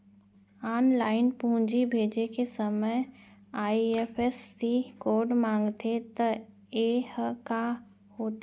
Online पूंजी भेजे के समय आई.एफ.एस.सी कोड माँगथे त ये ह का होथे?